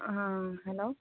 ஆ hello